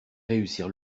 réussir